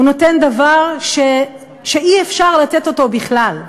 הוא נותן דבר שאי-אפשר לתת אותו בכלל,